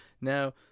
Now